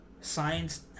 science